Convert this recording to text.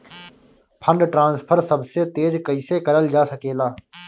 Fund transfer सबसे तेज कइसे करल जा सकेला?